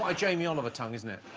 ij me oliver tongue, isn't it?